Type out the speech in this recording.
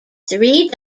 three